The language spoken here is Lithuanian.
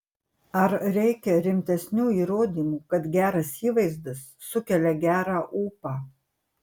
ar reikia rimtesnių įrodymų kad geras įvaizdis sukelia gerą ūpą